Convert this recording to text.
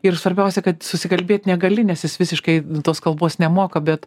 ir svarbiausia kad susikalbėt negali nes jis visiškai tos kalbos nemoka bet